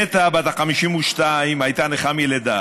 נטע בת ה-52 הייתה נכה מלידה,